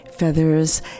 Feathers